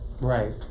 Right